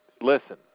listen